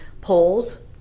polls